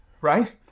right